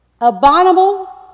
abominable